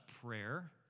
prayer